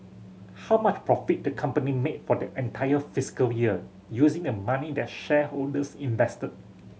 how much profit the company made for the entire fiscal year using the money that shareholders invested